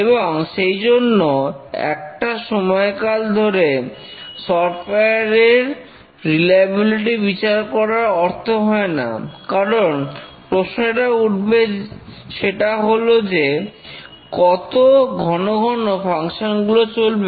এবং সেই জন্য একটা সময় কাল ধরে সফটওয়্যার রিলায়বিলিটি বিচার করার অর্থ হয় না কারণ প্রশ্নটা উঠবে সেটা হল যে কত ঘন ঘন ফাংশনগুলো চলবে